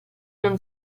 non